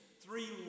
three